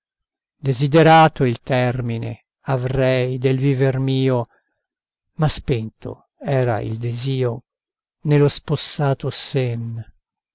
desiderato il termine avrei del viver mio ma spento era il desio nello spossato sen